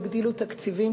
תגדילו תקציבים,